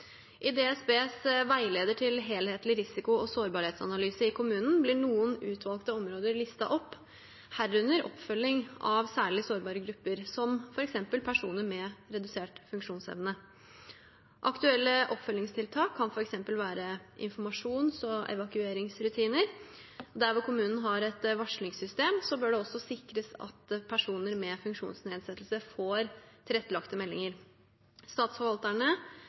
I DSBs veileder til helhetlig risiko- og sårbarhetsanalyse i kommunen blir noen utvalgte områder listet opp, herunder oppfølging av særlig sårbare grupper, som f.eks. personer med redusert funksjonsevne. Aktuelle oppfølgingstiltak kan f.eks. være informasjons- og evakueringsrutiner. Der kommunen har et varslingssystem, bør det også sikres at personer med funksjonsnedsettelse får tilrettelagte meldinger. Statsforvalterne